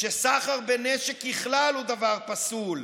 שסחר בנשק בכלל הוא דבר פסול.